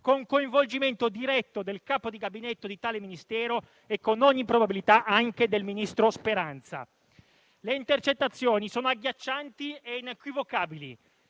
con il coinvolgimento diretto del capo di Gabinetto di tale Ministero e, con ogni probabilità, anche del ministro Speranza. Le intercettazioni sono agghiaccianti e inequivocabili: